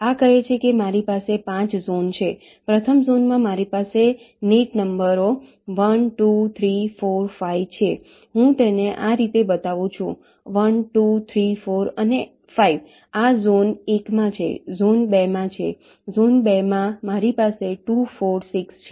આ કહે છે કે મારી પાસે 5 ઝોન છે પ્રથમ ઝોનમાં મારી પાસે નેટ નંબરો 1 2 3 4 5 છે હું તેને આ રીતે બતાવું છું 1 2 3 4 અને 5 આ ઝોન 1 માં છે ઝોન 2 માં છે ઝોન 2માં મારી પાસે 2 4 6 છે